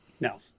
No